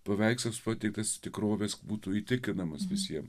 paveikslas pateiktas tikrovės būtų įtikinamas visiems